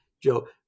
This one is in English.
Joe